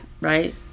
right